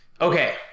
Okay